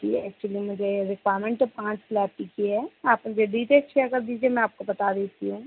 जी actually मुझे requirement तो पाँच लैपी की है आप मुझे डिटेल्स शेयर कर दीजिए मैं आपको बता देती हूँ